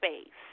space